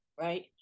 right